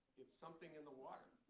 it's something in the water.